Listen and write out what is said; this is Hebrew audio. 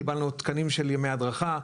וקיבלנו תקנים של ימי הדרכה.